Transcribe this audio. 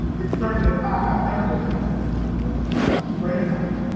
it started at five. i've never been masculine. and for anybody